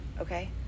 okay